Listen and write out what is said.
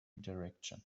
direction